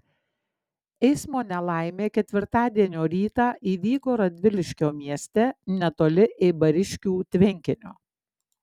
eismo nelaimė ketvirtadienio rytą įvyko radviliškio mieste netoli eibariškių tvenkinio